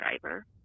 driver